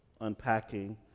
unpacking